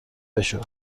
بشو